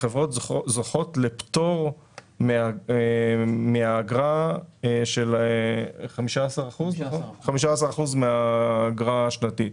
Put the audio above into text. חברות זוכות לפטור של 15 אחוזים מהאגרה השנתית.